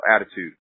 attitude